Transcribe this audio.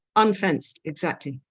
unfenced, exactly.